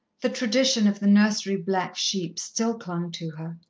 the tradition of the nursery black sheep still clung to her.